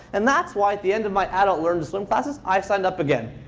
and that's why at the end of my adult learn to swim classes, i signed up again.